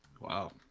wow